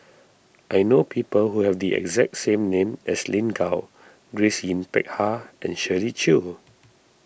I know people who have the exact same name as Lin Gao Grace Yin Peck Ha and Shirley Chew